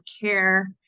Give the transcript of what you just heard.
CARE